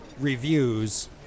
reviews